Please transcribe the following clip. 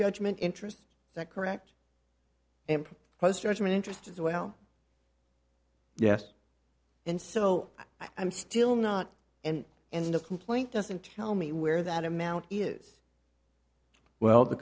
judgment interest is that correct and post retirement interest as well yes and so i'm still not and in the complaint doesn't tell me where that amount is well the